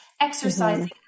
exercising